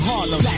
Harlem